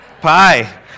Pie